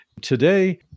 Today